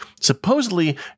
supposedly